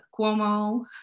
Cuomo